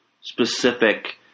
specific